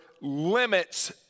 limits